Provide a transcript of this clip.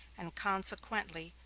and, consequently,